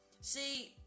See